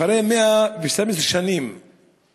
אחרי 112 שנים